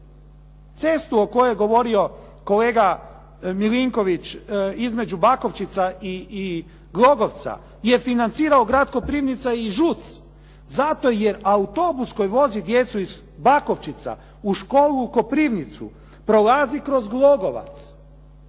Cestu o kojoj je govorio kolega Milinković između Bakovčica i Glogovca je financirao Grad Koprivnica i ŽUC zato jer autobus koji vozi djecu iz Bakovčica u školu u Koprivnicu prolazi kroz Glogovac